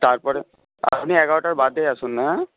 তারপরে আপনি এগারোটার বাদে আসুন হ্যাঁ